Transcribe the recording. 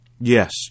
Yes